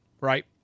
right